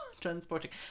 transporting